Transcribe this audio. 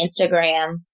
Instagram